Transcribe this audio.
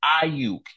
Ayuk